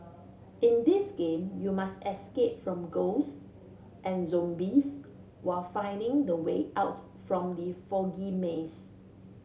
in this game you must escape from ghosts and zombies while finding the way out from the foggy maze